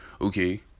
Okay